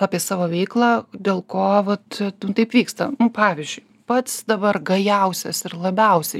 apie savo veiklą dėl ko vat nu taip vyksta nu pavyzdžiui pats dabar gajausias ir labiausiai